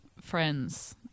friends